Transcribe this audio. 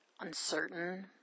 uncertain